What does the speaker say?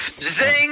Zing